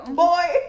boy